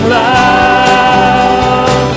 love